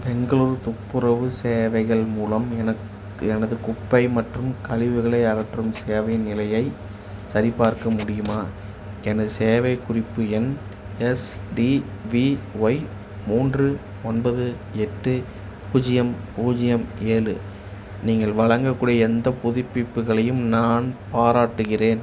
பெங்களூர் துப்புரவு சேவைகள் மூலம் எனக் எனது குப்பை மற்றும் கழிவுகளை அகற்றும் சேவையின் நிலையைச் சரிபார்க்க முடியுமா எனது சேவைக் குறிப்பு எண் எஸ்டிவிஒய் மூன்று ஒன்பது எட்டு பூஜ்ஜியம் பூஜ்ஜியம் ஏழு நீங்கள் வழங்கக்கூடிய எந்தப் புதுப்பிப்புகளையும் நான் பாராட்டுகிறேன்